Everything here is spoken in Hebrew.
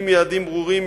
עם יעדים ברורים,